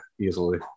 easily